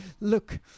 Look